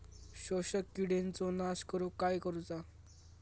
शोषक किडींचो नाश करूक काय करुचा?